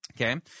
Okay